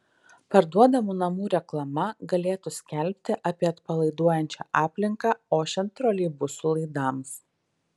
parduodamų namų reklama galėtų skelbti apie atpalaiduojančią aplinką ošiant troleibusų laidams